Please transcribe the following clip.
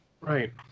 Right